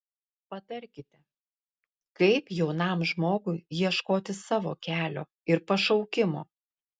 patarkite kaip jaunam žmogui ieškoti savo kelio ir pašaukimo